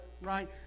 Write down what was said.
right